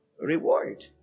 reward